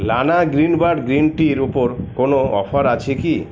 লানা গ্রিনবার্ড গ্রিনটির উপর কোনও অফার আছে কি